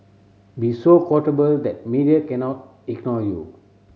be so quotable that media cannot ignore you